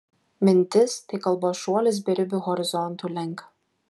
mintis tai kalbos šuolis beribių horizontų link